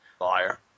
Liar